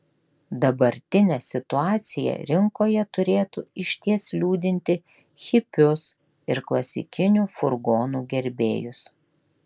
dabartinė situacija rinkoje turėtų išties liūdinti hipius ir klasikinių furgonų gerbėjus